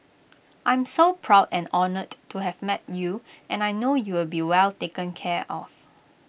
I'm so proud and honoured to have met you and I know you'll be well taken care of